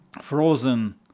frozen